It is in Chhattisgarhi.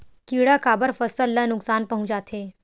किड़ा काबर फसल ल नुकसान पहुचाथे?